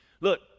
Look